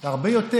זה הרבה יותר.